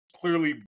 clearly